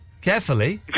Carefully